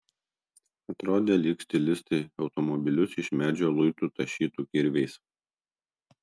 atrodė lyg stilistai automobilius iš medžio luitų tašytų kirviais